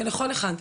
ולכל אחד,